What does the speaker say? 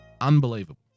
Unbelievable